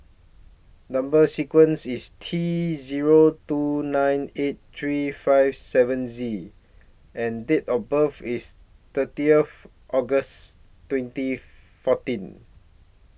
Number sequence IS T Zero two nine eight three five seven Z and Date of birth IS thirtieth August twenty fourteen